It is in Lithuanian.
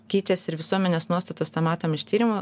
keičiasi ir visuomenės nuostatos tą matom iš tyrimo